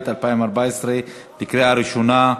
התשע"ד 2014, בקריאה ראשונה.